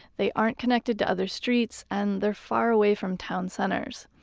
they aren't connected to other streets and they're far away from town centers.